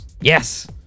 Yes